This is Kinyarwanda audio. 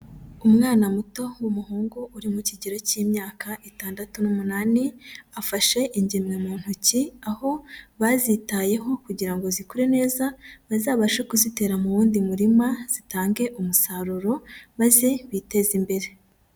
Umwana muto w'umuhungu uri mu kigero cy'imyaka itandatu n'umunani, afashe ingemwe mu ntoki aho bazitayeho kugira ngo zikure neza, bazabashe kuzitera mu wundi murima zitange umusaruro maze biteze imbere.